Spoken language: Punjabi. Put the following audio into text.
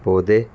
ਪੌਦੇ